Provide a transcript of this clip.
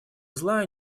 зла